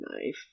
knife